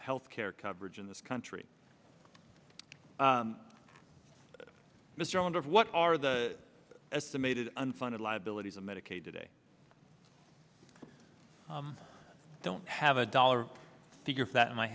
health care coverage in this country mr i wonder what are the estimated unfunded liabilities of medicaid today i don't have a dollar figure that in my